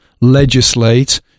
legislate